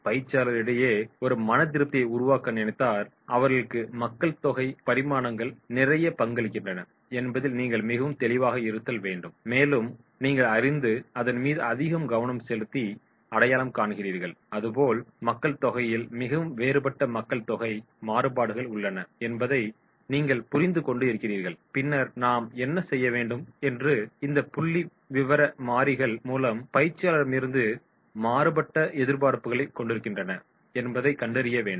பயிற்சியாளர்களிடையே ஒரு மனதிருப்தியை உருவாக்க நினைத்தால் அவர்களுக்கு மக்கள்தொகை பரிமாணங்கள் நிறைய பங்களிக்கின்றன என்பதில் நீங்கள் மிகவும் தெளிவாக இருத்தல் வேண்டும் மேலும் நீங்கள் அறிந்து அதன் மீது அதிக கவனம் செலுத்தி அடையாளம் காண்கிறீர்கள் அதுபோல் மக்கள்தொகையில் மிகவும் வேறுபட்ட மக்கள்தொகை மாறுபாடுகள் உள்ளன என்பதை நீங்கள் புரிந்துகொண்டு இருக்கிறீர்கள் பின்னர் நாம் என்ன செய்ய வேண்டும் என்று இந்த புள்ளிவிவர மாறிகள் மூலம் பயிற்சியாளரிடமிருந்து மாறுபட்ட எதிர்பார்ப்புகளைக் கொண்டிருக்கின்றன என்பதைக் கண்டறிய வேண்டும்